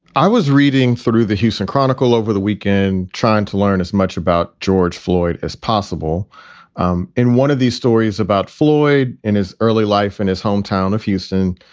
i was reading through the houston chronicle over the weekend trying to learn as much about george floyd as possible um in one of these stories about floyd in his early life in his hometown of houston.